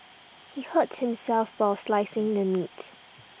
he hurt himself while slicing the meat